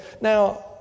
Now